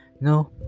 No